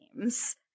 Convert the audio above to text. games